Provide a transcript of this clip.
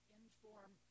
inform